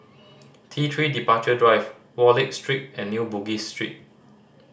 T Three Departure Drive Wallich Street and New Bugis Street